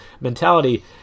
mentality